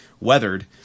weathered